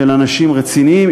של אנשים רציניים,